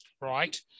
right